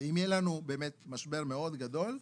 אם יהיה לנו באמת משבר מאוד גדול,